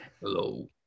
Hello